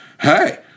hey